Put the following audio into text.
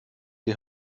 die